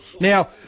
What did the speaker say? Now